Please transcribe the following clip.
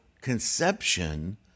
conception